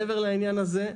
מעבר לעניין הזה,